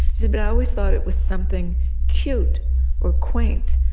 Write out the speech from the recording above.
said, but always thought it was something cute or quaint.